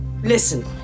Listen